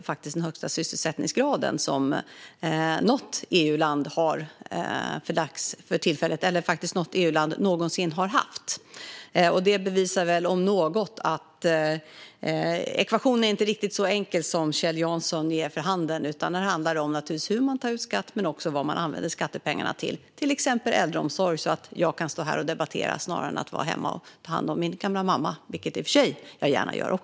Vi har den högsta sysselsättningsgrad som något EU-land någonsin har haft. Det, om något, bevisar väl att ekvationen inte är riktigt så enkel som Kjell Jansson ger vid handen. Här handlar det naturligtvis om hur man tar ut skatt men också om vad man använder skattepengarna till. Det kan till exempel vara äldreomsorg, så att jag kan stå här och debattera snarare än att vara hemma och ta hand om min gamla mamma - vilket jag i och för sig också gärna gör.